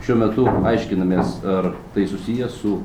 šiuo metu aiškinamės ar tai susiję su